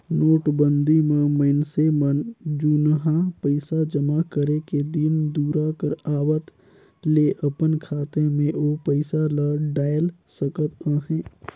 नोटबंदी म मइनसे मन जुनहा पइसा जमा करे के दिन दुरा कर आवत ले अपन खाता में ओ पइसा ल डाएल सकत अहे